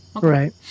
Right